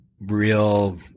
real